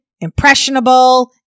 impressionable